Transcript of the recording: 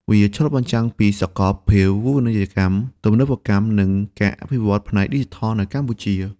វាឆ្លុះបញ្ចាំងពីសកលភាវូបនីយកម្ម ទំនើបកម្ម និងការវិវឌ្ឍផ្នែកឌីជីថលនៅកម្ពុជា។